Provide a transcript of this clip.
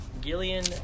Gillian